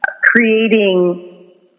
creating